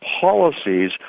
policies